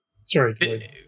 sorry